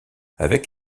avec